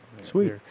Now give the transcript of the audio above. Sweet